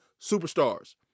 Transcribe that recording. superstars